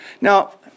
Now